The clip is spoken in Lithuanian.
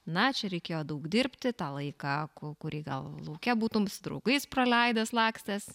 na čia reikėjo daug dirbti tą laiką ku kurį gal lauke būtum su draugais praleidęs lakstęs